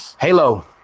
Halo